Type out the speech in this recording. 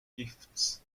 gifts